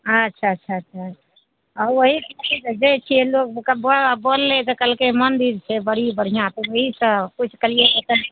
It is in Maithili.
अच्छा अच्छा अच्छा वएह खातिर तऽ जाए छिए लोक बोललै तऽ कहलकै मन्दिर छै बड़ी बढ़िआँ तऽ वएहसे किछु करिए